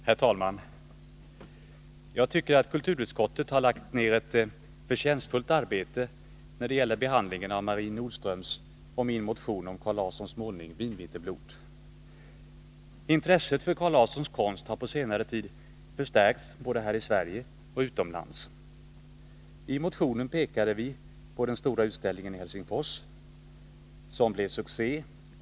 Herr talman! Jag tycker att kulturutskottet har lagt ner ett förtjänstfullt arbete när det gäller behandlingen av Marie Nordströms och min motion om Carl Larssons målning Midvinterblot. Intresset för Carl Larssons konst har på senare tid förstärkts både här i Sverige och utomlands. I motionen pekade vi på den stora utställningen i Helsingfors, som blev en succé.